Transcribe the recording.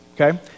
okay